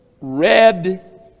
Red